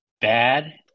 bad